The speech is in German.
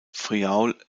friaul